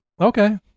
Okay